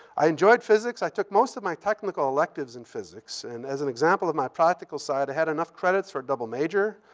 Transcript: i enjoyed physics. i took most of my technical electives in physics. and as an example of my practical side, i had enough credits for a double major,